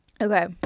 Okay